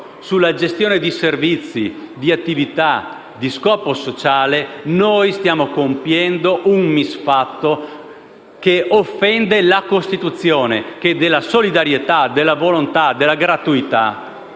nella gestione di servizi e di attività a scopo sociale, stiamo compiendo un misfatto che offende la Costituzione, che della solidarietà, della volontà, della gratuità,